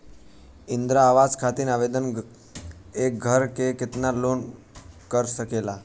इंद्रा आवास खातिर आवेदन एक घर से केतना लोग कर सकेला?